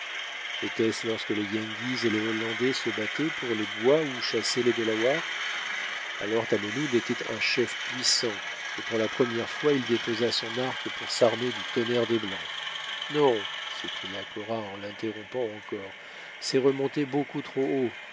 était-ce lorsque les yengeese et les hollandais se battaient pour les bois où chassaient les delawares alors tamenund était un chef puissant et pour la première fois il déposa son arc pour s'armer du tonnerre des blancs non s'écria cora en l'interrompant encore c'est remonter beaucoup trop